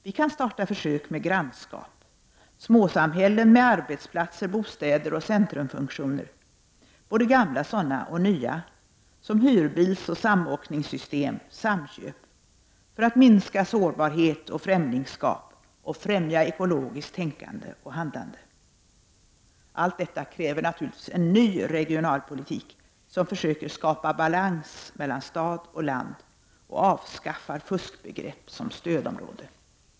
Vi kan starta försök med grannskap — småsamhällen med arbetsplatser, bostäder och centrumfunktioner, både gamla sådana och nya, som hyrbilsoch samåkningssystem och samköp för att minska sårbarhet och främlingskap och främja ekologiskt tänkande och handlande. Allt detta kräver naturligtvis en ny regionalpolitik, som försöker skapa balans mellan stad och land och avskaffar fuskbegrepp som ”stödområde”.